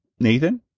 Nathan